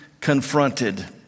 confronted